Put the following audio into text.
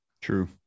true